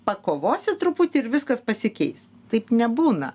pakovosi truputį ir viskas pasikeis taip nebūna